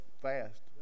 fast